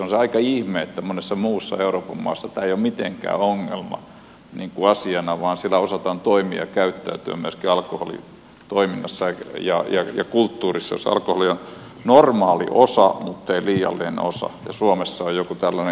on se aika ihme että monessa muussa euroopan maassa tämä ei ole mitenkään ongelma asiana vaan siellä osataan toimia ja käyttäytyä myöskin toiminnassa ja kulttuurissa jossa alkoholi on normaali osa muttei liiallinen osa ja suomessa on joku tällainen ihmeellinen kulttuuri